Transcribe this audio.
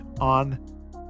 on